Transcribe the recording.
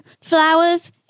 Flowers